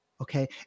Okay